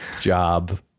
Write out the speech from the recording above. job